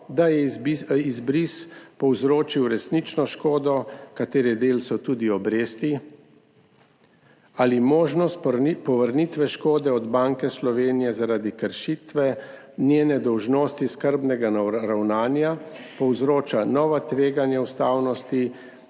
da je izbris povzročil resnično škodo, katere del so tudi obresti? Ali možnost povrnitve škode od Banke Slovenije zaradi kršitve njene dolžnosti skrbnega ravnanja povzroča nova tveganja ustavnosti